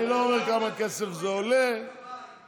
אני לא אומר כמה כסף זה עולה וזהו.